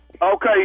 Okay